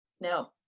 no